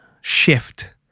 shift